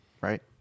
right